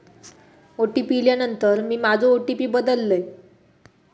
OTP इल्यानंतर मी माझो ओ.टी.पी बदललय